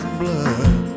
blood